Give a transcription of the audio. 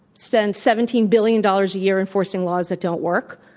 spend seventeen billion dollars a year enforcing laws that don't work,